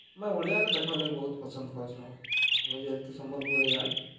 ଆମେ ଓଡ଼ିଆ ଗଲେ ଦେଖ୍ବାଲାଗି ବହୁତ୍ ପସନ୍ଦ୍ କର୍ସୁଁ ଆମେ ଯେହେତୁ ସମ୍ବଲ୍ପୁରୀଆ